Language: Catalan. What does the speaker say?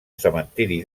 cementiri